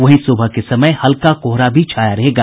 वहीं सुबह के समय हल्का कोहरा भी छाया रहेगा